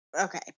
Okay